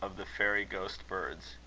of the fairy ghost-birds.